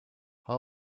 how